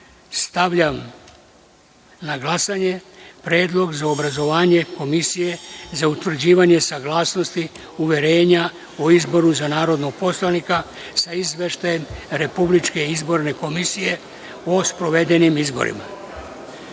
na glasanje predlog za obrazovanje Komisije za utvrđivanje saglasnosti uverenja o izboru za narodnog poslanika sa Izveštajem Republičke izborne komisije o sprovedenim izborima. Molim